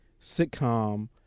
sitcom